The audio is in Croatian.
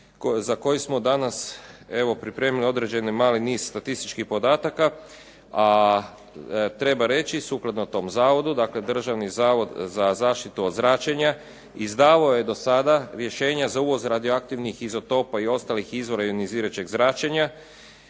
za koji smo danas evo pripremili određeni mali niz statističkih podataka a treba reći sukladno tom zavodu, dakle Državni zavod za zaštitu od zračenja izdavao je do sada rješenja za uvoz radioaktivnih izotopa i ostalih izvoza ionizirajućeg zračenja.